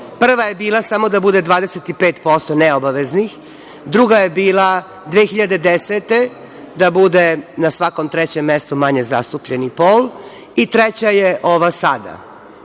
Prva je bila samo da bude 25%, neobaveznih, druga je bila 2010. godine, da bude na svakom trećem mestu manje zastupljeni pol i treća je ova sada.